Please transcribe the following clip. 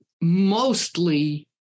Mostly